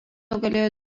nugalėjo